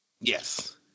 Yes